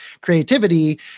creativity